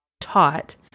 taught